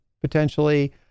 potentially